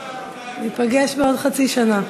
ניפגש בעוד חצי שנה.